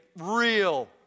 real